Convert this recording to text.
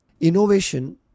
Innovation